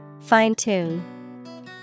Fine-tune